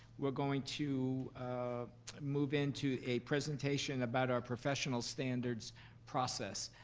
we're going to move into a presentation about our professional standards process.